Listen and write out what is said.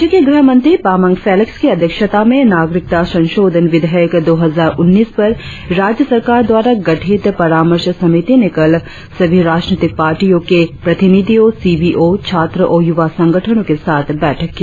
राज्य के गृह मंत्री बामांग फेलिक्स की अध्यक्षता में नागरिकता संशोधन विधेयक दो हजार उन्नीस पर राज्य सरकार द्वारा गठित परामर्श समिति ने कल सभी राजनीतिक पार्टियों के प्रतिनिधियों सी बी ओ छात्र और युवा संगठनों के साथ बैठक की